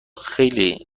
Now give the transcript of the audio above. خیلی